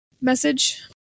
message